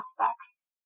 aspects